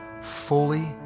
fully